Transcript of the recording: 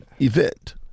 event